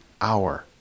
hour